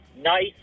nice